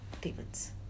demons